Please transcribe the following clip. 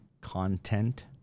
content